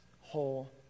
whole